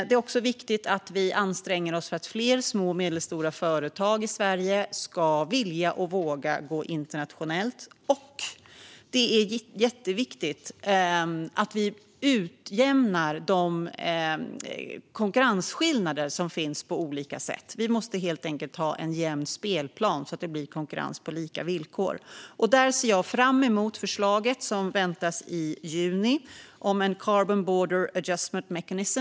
Det är också viktigt att vi anstränger oss för att fler små och medelstora företag i Sverige ska vilja och våga gå internationellt. Och det är jätteviktigt att vi utjämnar de konkurrensskillnader som finns på olika sätt. Vi måste helt enkelt ha en jämn spelplan, så att det blir konkurrens på lika villkor. Där ser jag fram emot förslaget som väntas i juni om en carbon border adjustment mechanism.